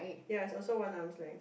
ya it's also one arms length